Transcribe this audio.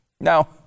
Now